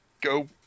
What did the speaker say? go